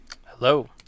Hello